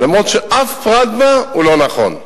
אף ששום פרט בה הוא לא נכון,